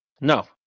No